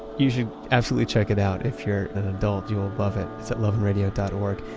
you should absolutely check it out if you're an adult. you'll love it. it's at loveandradio dot org,